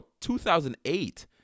2008